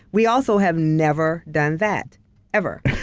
we also have never done that ever,